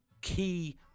Key